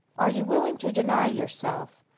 are you willing to deny yourself,